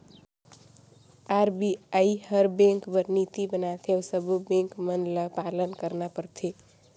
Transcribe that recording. RBI हर bank बर नीति बनाथे अउ सब्बों बेंक मन ल पालन करना परथे